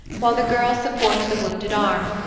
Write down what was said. while the girl supported the wounded arm,